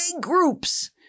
groups